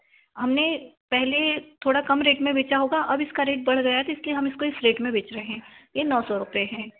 हमने पहले थोड़ा कम रेट में बेचा होगा अब इसका रेट बढ़ गया तो इसलिए हम इसको इस रेट में बेच रहें यह नौ सौ रुपये है